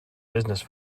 business